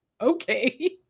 Okay